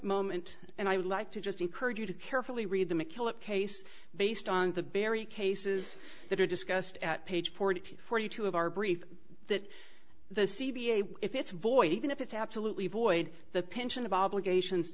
moment and i would like to just encourage you to carefully read the mackillop case based on the barry cases that are discussed at page forty forty two of our brief that the c v a if it's void even if it's absolutely void the pension of obligations